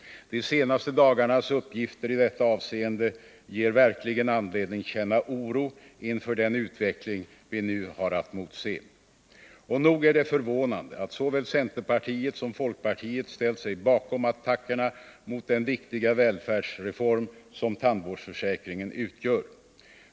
De senaste dagarnas uppgifter i detta avseende ger oss verkligen anledning känna oro inför den utveckling vi nu har att motse. Och nog är det förvånande att såväl centerpartiet som folkpartiet ställt sig bakom attackerna mot den viktiga välfärdsreform som tandvårdsförsäkringen utgör.